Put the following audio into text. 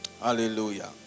Hallelujah